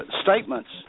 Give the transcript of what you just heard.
statements